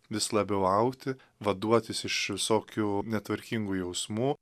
vis labiau augti vaduotis iš visokių netvarkingų jausmų